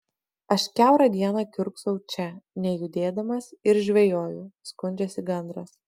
aš kiaurą dieną kiurksau čia nejudėdamas ir žvejoju skundžiasi gandras